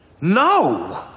No